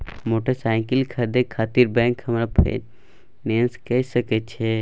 Motorcycle खरीदे खातिर bank हमरा फिनांस कय सके छै?